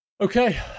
okay